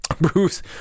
Bruce